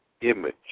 image